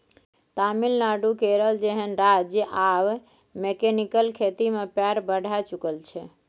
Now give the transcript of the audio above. तमिलनाडु, केरल जेहन राज्य आब मैकेनिकल खेती मे पैर बढ़ाए चुकल छै